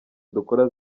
dukora